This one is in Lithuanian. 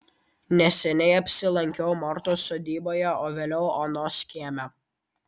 neseniai apsilankiau mortos sodyboje o vėliau onos kieme